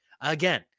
Again